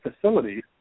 facilities